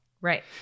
Right